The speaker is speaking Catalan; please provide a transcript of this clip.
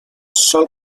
sol